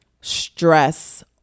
stress